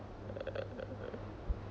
uh err